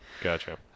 gotcha